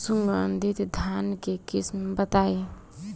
सुगंधित धान के किस्म बताई?